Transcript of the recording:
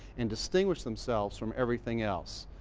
and distinguished themselves from everything else.